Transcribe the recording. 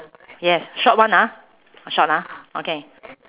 yes short one ah short ah okay